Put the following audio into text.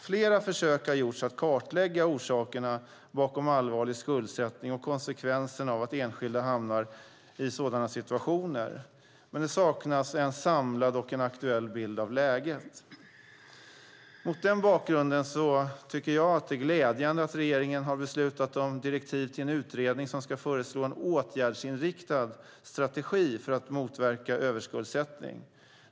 Flera försök har gjorts att kartlägga orsakerna bakom allvarlig skuldsättning och konsekvenserna av att enskilda hamnar i sådana situationer, men det saknas en samlad och aktuell bild av läget. Mot den bakgrunden tycker jag att det är glädjande att regeringen har beslutat om direktiv till en utredning som ska föreslå en åtgärdsinriktad strategi för att motverka överskuldsättning.